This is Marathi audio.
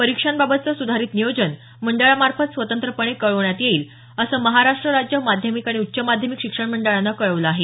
परीक्षांबाबतचं सुधारित नियोजन मंडळामार्फत स्वतंत्रपणे कळवण्यात येईल असं महाराष्ट्र राज्य माध्यमिक आणि उच्च माध्यमिक शिक्षण मंडळानं कळवलं आहे